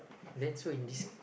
then so in this